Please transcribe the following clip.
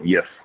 Yes